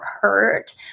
hurt